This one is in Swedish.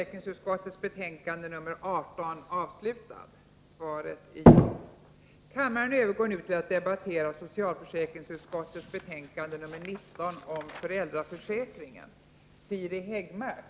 Kammaren övergår nu till att debattera socialutskottets betänkande 15 om allmän hälsooch sjukvård m.m.